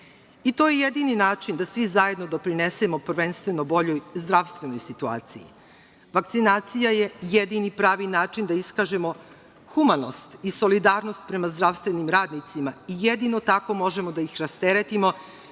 i to je jedini način da svi zajedno doprinesemo prvenstveno boljoj zdravstvenoj situaciji. Vakcinacija je jedini pravi način da iskažemo humanost i solidarnost prema zdravstvenim radnicima i jedino tako možemo da ih rasteretimo,